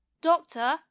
Doctor